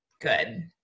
good